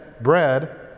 bread